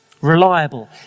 Reliable